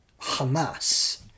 Hamas